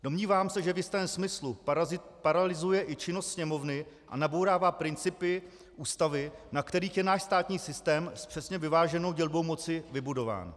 Domnívám se, že v jistém smyslu paralyzuje i činnost Sněmovny a nabourává principy Ústavy, na kterých je náš státní systém s přesně vyváženou dělbou moci vybudován.